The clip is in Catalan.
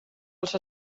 als